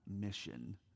mission